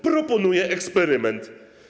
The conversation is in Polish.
Proponuję eksperyment.